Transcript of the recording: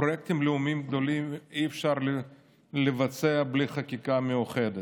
פרויקטים לאומיים גדולים אי-אפשר לבצע בלי חקיקה מיוחדת.